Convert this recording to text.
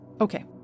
Okay